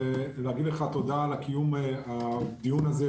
ולהגיד לך תודה על קיום הדיון הזה,